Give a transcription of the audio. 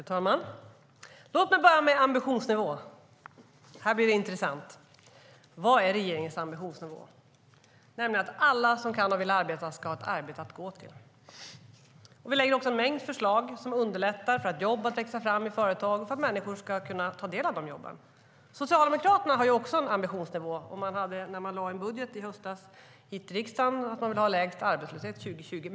Fru talman! Låt mig börja med ambitionsnivå. Här blir det intressant. Vad är regeringens ambitionsnivå? Jo, att alla som kan och vill arbeta ska ha ett arbete att gå till. Vi lägger fram en mängd förslag som underlättar för jobb att växa fram i företag för att människor ska kunna ta del av de jobben. Socialdemokraterna har också en ambitionsnivå. När de lade fram en budget för riksdagen i höstas ville de ha lägst arbetslöshetsnivå 2020.